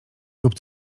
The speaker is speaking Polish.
lub